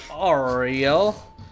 Ariel